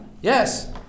Yes